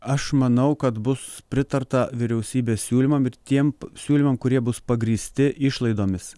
aš manau kad bus pritarta vyriausybės siūlymam ir tiem siūlymams kurie bus pagrįsti išlaidomis